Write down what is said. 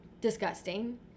Disgusting